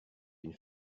une